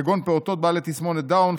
כגון פעוטות בעלי תסמונת דאון,